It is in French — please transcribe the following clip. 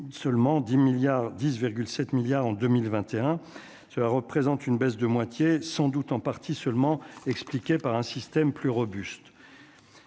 milliards 10 7 milliards en 2021, cela représente une baisse de moitié sans doute en partie seulement expliqué par un système plus robuste,